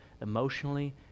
emotionally